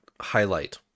highlight